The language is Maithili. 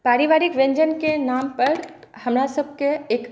पारिवारिक व्यञ्जनके नामपर हमरा सबके एक